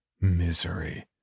misery